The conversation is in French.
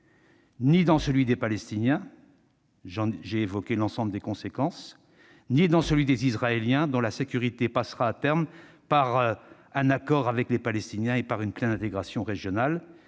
ni dans celui des Palestiniens, qui en subiraient les conséquences immédiates ; ni dans celui des Israéliens, dont la sécurité passera, à terme, par un accord avec les Palestiniens et par une pleine intégration régionale